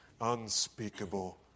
unspeakable